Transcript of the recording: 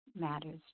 matters